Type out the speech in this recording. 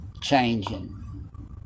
changing